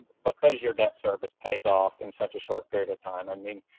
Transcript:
because your debt service pays off in such a short period of time. i mean,